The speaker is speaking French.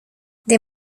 des